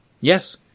Yes